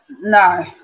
no